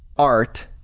art